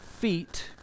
feet